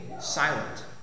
silent